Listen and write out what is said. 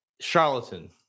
charlatan